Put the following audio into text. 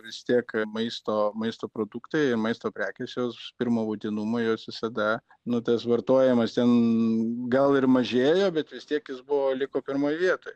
vis tiek maisto maisto produktai maisto prekės jos pirmo būtinumo jos visada nu tas vartojimas ten gal ir mažėjo bet vis tiek jis buvo liko pirmoj vietoj